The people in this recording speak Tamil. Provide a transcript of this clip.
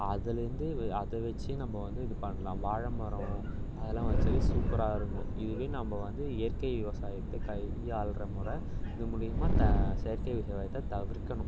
அதுலந்து அதை வச்சி நம்ப வந்து இது பண்ணலாம் வாழை மரம் அதெலாம் வச்சாலே சூப்பராக இருக்கும் இதுவே நம்ப வந்து இயற்கை விவசாயத்தை கையாள்கிற முறை இது மூலியமாக த செயற்கை விவசாயத்தை தவிர்க்கணும்